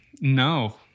No